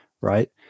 right